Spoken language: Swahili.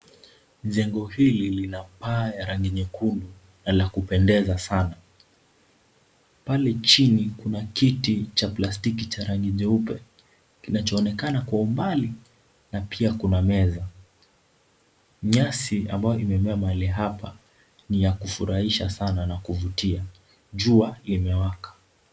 Jengo hili linapaa ya rangi nyekundu la kupendeza sana. Pale chini kuna kiti cha plastiki cha rangi ya nyeupe kinachoonekana kwa umbali na pia kuna meza. Nyasi ambayo imemea mahali hapa ni ya kufurahisha sana na kuvutia. Jua imewaka.